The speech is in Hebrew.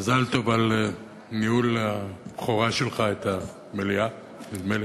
מזל טוב על ניהול הבכורה שלך של המליאה, נדמה לי.